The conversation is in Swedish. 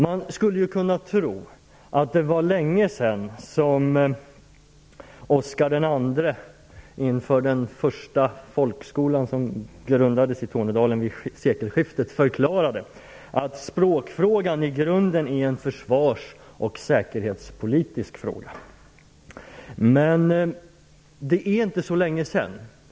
Man skulle ju kunna tro att det var länge sedan som Oskar II inför den första folkskola som grundades i Tornedalen - vid sekelskiftet - förklarade att språkfrågan i grunden är en försvars och säkerhetspolitisk fråga. Men det är inte så länge sedan.